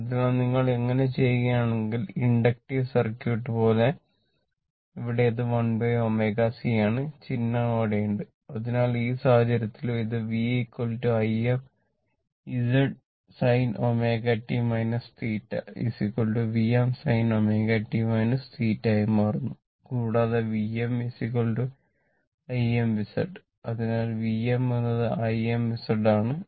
അതിനാൽ നിങ്ങൾ അങ്ങനെ ചെയ്യുകയാണെങ്കിൽ ഇൻഡക്റ്റീവ് സർക്യൂട്ട്